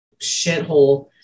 shithole